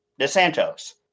DeSantos